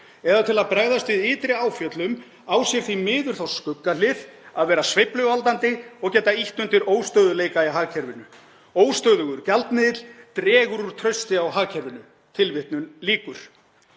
eða til að bregðast við ytri áföllum á sér því miður þá skuggahlið að vera sveifluvaldandi og geta ýtt undir óstöðugleika í hagkerfinu. Óstöðugur gjaldmiðill dregur úr trausti á hagkerfinu …“ Þegar